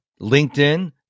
LinkedIn